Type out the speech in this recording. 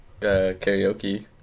karaoke